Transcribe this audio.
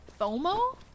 FOMO